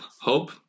hope